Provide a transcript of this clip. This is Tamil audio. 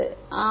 மாணவர் ஆம்